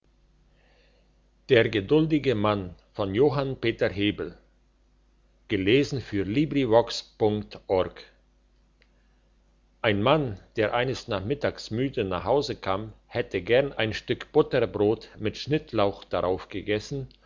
der geduldige mann ein mann der eines nachmittags müde nach hause kam hätte gern ein stück butterbrot mit schnittlauch darauf gegessen